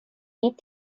beat